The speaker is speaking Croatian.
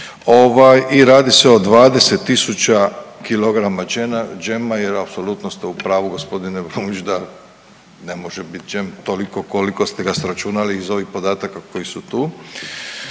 i radi se o 20 tisuća kilograma džema jer apsolutno ste u pravu g. Brumnić da ne može biti džem toliko koliko ste ga sračunali iz ovih podataka koji su tu.